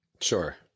sure